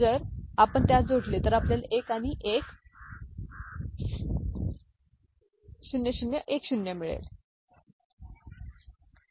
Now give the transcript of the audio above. तर जर आपण त्यास जोडले तर आपल्याला 1 आणि 0010 मिळेल